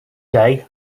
day